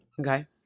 Okay